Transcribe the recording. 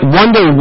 wonder